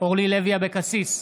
אורלי לוי אבקסיס,